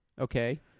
Okay